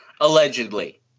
Allegedly